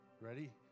ready